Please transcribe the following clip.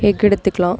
egg எடுத்துக்கலாம்